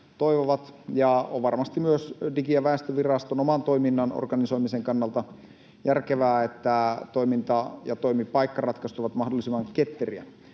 ja on varmasti myös Digi- ja väestöviraston oman toiminnan organisoimisen kannalta järkevää, että toiminta- ja toimipaikkaratkaisut ovat mahdollisimman ketteriä.